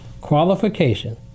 qualification